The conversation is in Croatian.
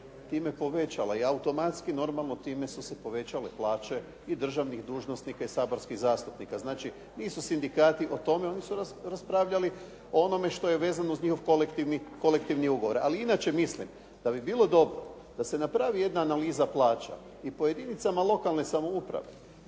time povećala, i automatski time su se povećale plaće i državnih dužnosnika i saborskih zastupnika. Znači, nisu sindikati o tome, oni su raspravljali o onome što je vezano uz njihov kolektivni ugovor. Ali inače mislim da bi bilo dobro da se napravi jedna analiza plaća i po jedinicama lokalne samouprave,